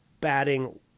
batting